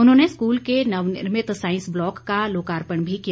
उन्होंने स्कूल के नवनिर्मित सांईस ब्लॉक का लोकार्पण भी किया